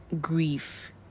grief